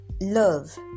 love